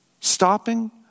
Stopping